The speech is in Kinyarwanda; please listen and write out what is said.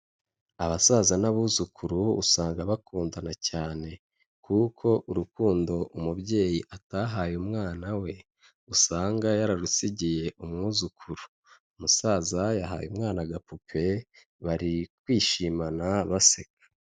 Abasaza n'abuzukuru usanga bakundana cyane, kuko urukundo umubyeyi atahaye umwana we usanga yararusigiye umwuzukuru, umusaza yahaye umwana agapupe bari kwishimana baseka.